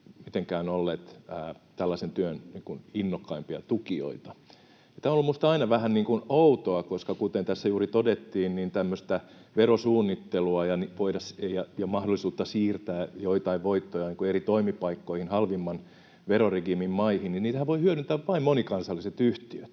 mitenkään olleet tällaisen työn innokkaimpia tukijoita. Tämä on ollut minusta aina vähän outoa, koska kuten tässä juuri todettiin, tämmöistä verosuunnittelua ja mahdollisuutta siirtää joitain voittoja eri toimipaikkoihin halvimman veroregiimin maihin voivat hyödyntää vain monikansalliset yhtiöt,